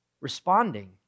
responding